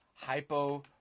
Hypo